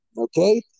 Okay